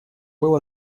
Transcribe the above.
был